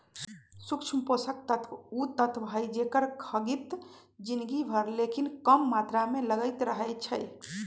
सूक्ष्म पोषक तत्व उ तत्व हइ जेकर खग्गित जिनगी भर लेकिन कम मात्र में लगइत रहै छइ